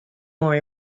more